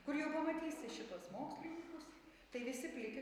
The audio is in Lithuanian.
kur jau pamatysi šituos mokslininkus tai visi pilki